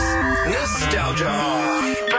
Nostalgia